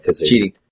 Cheating